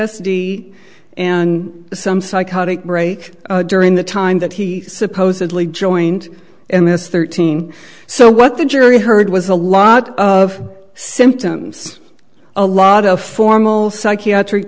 s d and some psychotic break during the time that he supposedly joined in this thirteen so what the jury heard was a lot of symptoms a lot of formal psychiatric